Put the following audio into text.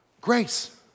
grace